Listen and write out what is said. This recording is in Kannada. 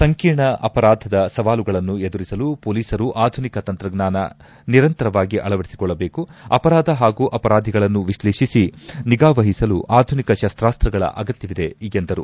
ಸಂಕೀರ್ಣ ಅಪರಾಧದ ಸವಾಲುಗಳನ್ನು ಎದುರಿಸಲು ಮೊಲೀಸರು ಆಧುನಿಕ ತಂತ್ರಜ್ಞಾನ ನಿರಂತರವಾಗಿ ಅಳವಡಿಸಿಕೊಳ್ಳಬೇಕು ಅಪರಾಧ ಹಾಗೂ ಅಪರಾಧಿಗಳನ್ನು ವಿಶ್ಲೇಷಿಸಿ ನಿಗಾಮಹಿಸಲು ಆಧುನಿಕ ಶಸ್ತಾಸ್ತಗಳ ಅಗತ್ಯವಿದೆ ಎಂದರು